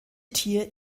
tier